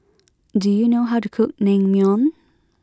do you know how to cook Naengmyeon